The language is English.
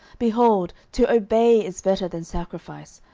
behold, to obey is better than sacrifice,